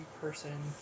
person